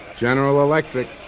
general electric,